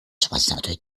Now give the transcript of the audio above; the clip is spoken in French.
soixante